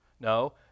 No